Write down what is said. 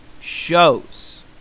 shows